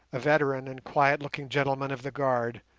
a veteran and quiet-looking gentleman of the guard,